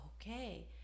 okay